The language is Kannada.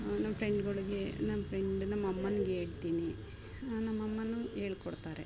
ನಮ್ಮ ಫ್ರೆಂಡ್ಗಳಿಗೆ ನಮ್ಮ ಫ್ರೆಂಡ್ ನಮ್ಮಮ್ಮಂಗೇಳ್ತೀನಿ ನಮ್ಮಮ್ಮನು ಹೇಳ್ಕೊಡ್ತಾರೆ